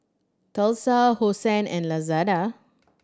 Tesla Hosen and Lazada